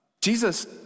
Jesus